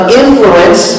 influence